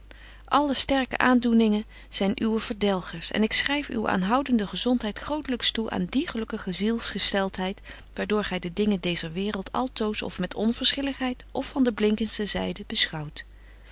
sara burgerhart ningen zyn uwe verdelgers en ik schryf uwe aanhoudende gezontheid grootlyks toe aan dié gelukkige zielsgesteltheid waar door gy de dingen deezer waereld altoos of met onverschilligheid of van de blinkentste zyde beschouwt